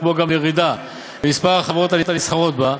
כמו גם לירידה במספר החברות הנסחרות בה.